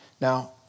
Now